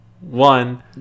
one